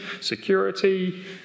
security